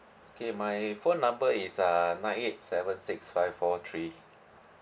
okay my phone number is uh nine eight seven six five four three